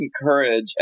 encourage